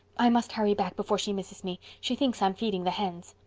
i must hurry back before she misses me. she thinks i'm feeding the hens.